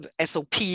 SOP